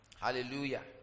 Hallelujah